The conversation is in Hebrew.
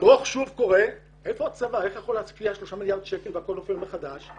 הדוח שוב שואל איפה איך השקענו 3מיליארד שקל והכול נופל מחדש?